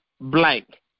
blank